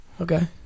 Okay